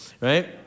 right